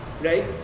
right